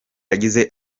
yagize